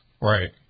right